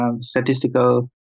statistical